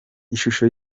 ishusho